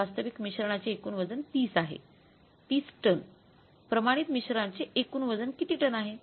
वास्तविक मिश्रणाचे एकूण वजन 30 आहे 30 टन प्रमाणित मिश्रणाचे एकूण वजन किती टन आहे